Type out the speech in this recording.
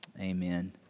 Amen